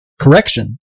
Correction